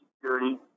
Security